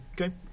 Okay